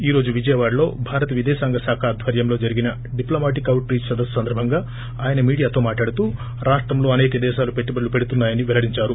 ఈ రోజు వీజయవాడలో భారత్ విదేశాంగ శాఖ ఆధ్వర్యంలో జరిగిన డిప్లామాటిక్ ఔట్ రీచ్ సదస్సు సందర్భంగా ఆయన మీడియాతో మాట్లాడుతూ రాష్టంలో అనేక దేశాలు పెట్టుబడులు పెడుతున్నా యని వెల్లడించారు